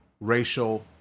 racial